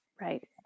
Right